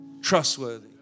trustworthy